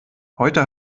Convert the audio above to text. heute